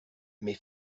mais